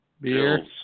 Beer